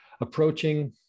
approaching